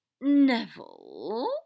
Neville